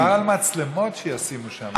דובר על מצלמות שישימו שם.